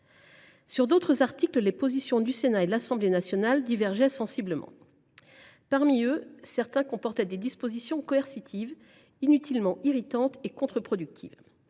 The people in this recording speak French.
Sur d’autres articles, les positions du Sénat et de l’Assemblée nationale divergeaient sensiblement. Parmi eux, certains comportaient des dispositions coercitives, inutilement irritantes et contre productives.